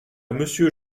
monsieur